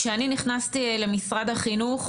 כשאני נכנסתי למשרד החינוך,